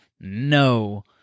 no